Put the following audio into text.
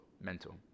Mental